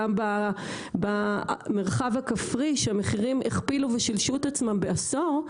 גם במרחב הכפרי שהמחירים הכפילו ושילשו את עצמם בעשור,